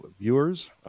viewers